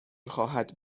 خواهد